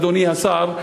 אדוני השר,